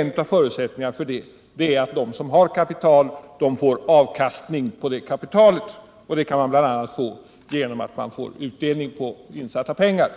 En av förutsättningarna för det är att man får avkastning på kapitalet, vilket man bl.a. kan få genom utdelning på insatta pengar.